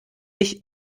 ich